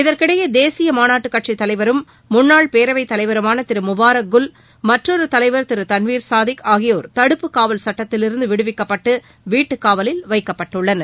இதற்கிடையே தேசிய மாநாட்டு கட்சி தலைவரும் முன்னாள் பேரவை தலைவருமான திரு முபாரக் குல் மற்றொரு தலைவர் திரு தன்விர் சாதிக் ஆகியோர் தடுப்புக் காவல் சட்டத்திலிருந்து விடுவிக்கப்பட்டு வீட்டுக் காவலில் வைக்கப்பட்டுள்ளனர்